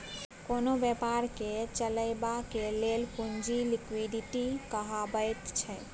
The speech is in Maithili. कोनो बेपारकेँ चलेबाक लेल पुंजी लिक्विडिटी कहाबैत छै